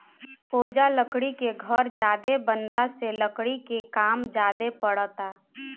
ओजा लकड़ी के घर ज्यादे बनला से लकड़ी के काम ज्यादे परता